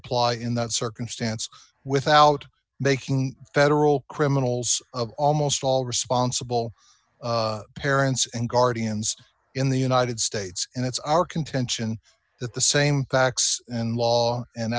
apply in that circumstance without making federal criminals of almost all responsible parents and guardians in the united states and it's our contention that the same facts and law and